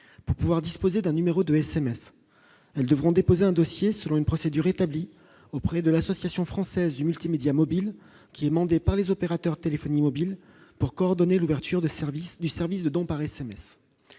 pour pouvoir disposer d'un numéro de SMS devront déposer un dossier sur une procédure établie auprès de l'Association française du multimédia mobile qui est demandé par les opérateurs téléphonie mobile pour coordonner l'ouverture de service du service de dons par SMS,